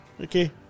Okay